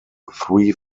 three